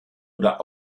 oder